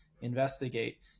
investigate